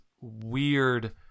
weird